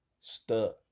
stuck